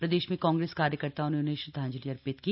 प्रदेश में कांग्रेस कार्यकर्ताओं ने उन्हें श्रद्वांजलि अर्पित की